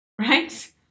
right